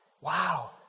Wow